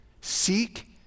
seek